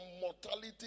mortality